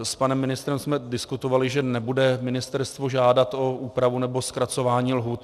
S panem ministrem jsme diskutovali, že nebude ministerstvo žádat o úpravu nebo zkracování lhůt.